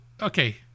Okay